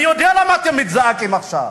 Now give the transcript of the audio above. אני יודע למה אתם מזדעקים עכשיו.